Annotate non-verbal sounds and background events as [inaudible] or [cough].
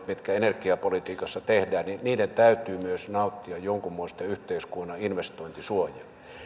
[unintelligible] mitkä energiapolitiikassa tehdään täytyy myös nauttia jonkunmoista yhteiskunnan investointisuojaa